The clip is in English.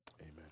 amen